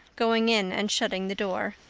going in and shutting the door.